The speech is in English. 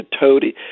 toady